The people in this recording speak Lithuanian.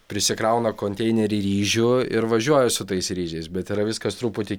prisikrauna konteinerį ryžių ir važiuoja su tais ryžiais bet yra viskas truputį